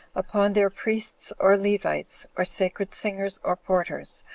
upon their priests or levites, or sacred singers, or porters,